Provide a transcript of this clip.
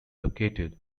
located